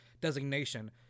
designation